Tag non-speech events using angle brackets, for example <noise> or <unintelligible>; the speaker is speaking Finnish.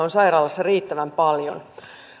<unintelligible> on sairaalassa riittävän paljon